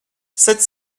sept